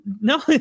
no